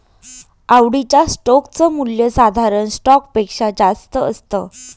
आवडीच्या स्टोक च मूल्य साधारण स्टॉक पेक्षा जास्त असत